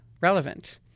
relevant